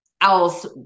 else